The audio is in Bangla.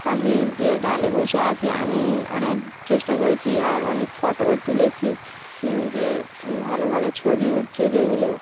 পাখি যে ডালে বসে আছে আমি অনেক চেষ্টা করেছি আর অনেক ফটোও তুলেছি যে ভালো ভালো ছবি উঠছে যেগুলো